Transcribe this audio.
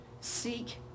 Seek